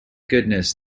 goodness